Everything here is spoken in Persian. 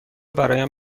برایم